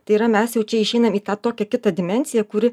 tai yra mes jau čia išeinam į tą tokią kitą dimensiją kuri